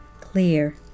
clear